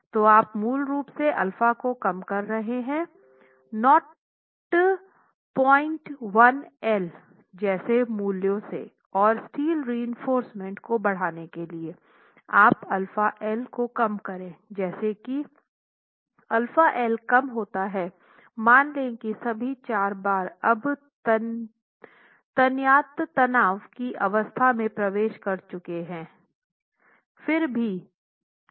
तो आप मूल रूप से α को कम कर रहे हैं 01L जैसे मूल्यों से और स्टील रएंफोर्रसमेंट को बढ़ाने के लिए आप αL को कम करें जैसा कि αL कम होता है मान लें कि सभी चार बार अब तन्यता तनाव की अवस्था में प्रवेश कर चुके हैं